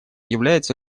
является